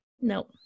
No